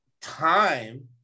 time